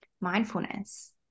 mindfulness